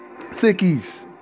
thickies